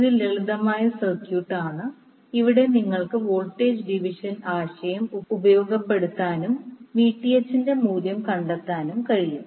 ഇത് ലളിതമായ സർക്യൂട്ടാണ് അവിടെ നിങ്ങൾക്ക് വോൾട്ടേജ് ഡിവിഷൻ ആശയം ഉപയോഗപ്പെടുത്താനും Vth ന്റെ മൂല്യം കണ്ടെത്താനും കഴിയും